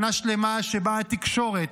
שנה שלמה שבה התקשורת,